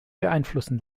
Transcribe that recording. beeinflussen